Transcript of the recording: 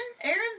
Aaron's